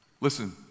listen